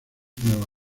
nueva